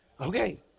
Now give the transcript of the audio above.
Okay